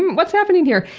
and what's happening here?